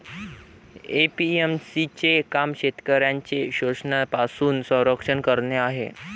APMC चे काम शेतकऱ्यांचे शोषणापासून संरक्षण करणे आहे